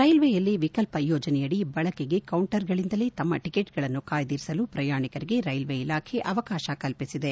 ರೈಲ್ವೇನಲ್ಲಿ ವಿಕಲ್ಪ ಯೋಜನೆಯಡಿ ಬಳಕೆಗೆ ಕೌಂಟರ್ಗಳಿಂದಲೇ ತಮ್ನ ಟಕೆಟ್ಗಳನ್ನು ಕಾಯ್ದಿರಿಸಲು ಪ್ರಯಾಣಿಕರಿಗೆ ರೈಲ್ವೆ ಇಲಾಖೆ ಅವಕಾಶ ಕಲ್ಪಿಸಿದೆ